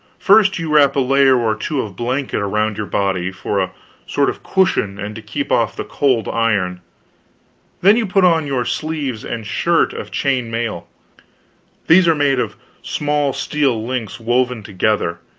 first you wrap a layer or two of blanket around your body, for a sort of cushion and to keep off the cold iron then you put on your sleeves and shirt of chain mail these are made of small steel links woven together,